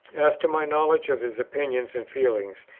as to my knowledge of his opinions and feelings,